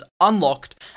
unlocked